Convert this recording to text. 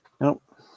Nope